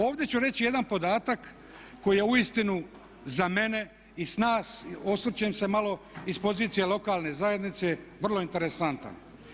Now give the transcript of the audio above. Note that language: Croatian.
Ovdje ću reći jedan podatak koji je uistinu za mene i nas, osvrćem se malo i s pozicije lokalne zajednice, vrlo interesantan.